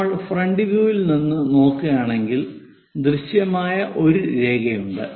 നിങ്ങൾ ഫ്രണ്ട് വ്യൂയിൽ നിന്ന് നോക്കുകയാണെങ്കിൽ ദൃശ്യമായ ഒരു രേഖയുണ്ട്